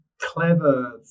clever